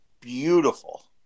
beautiful